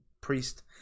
priest